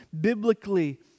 biblically